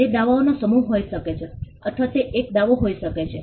તે દાવાઓનો સમૂહ હોઈ શકે છે અથવા તે એક દાવો હોઈ શકે છે